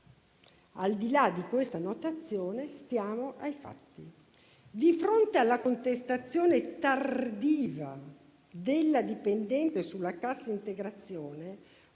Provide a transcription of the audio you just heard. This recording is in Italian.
Al di là di questa notazione, stiamo ai fatti. Di fronte alla contestazione tardiva della dipendente sulla cassa integrazione,